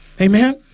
Amen